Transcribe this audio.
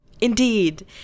Indeed